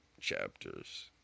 chapters